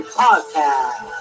podcast